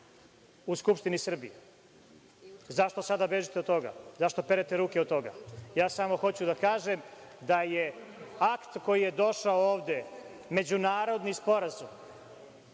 u Skupštini Srbije. Zašto sada bežite od toga? Zašto perete ruke od toga? Samo hoću da kažem da je akt koji je došao ovde međunarodni sporazum.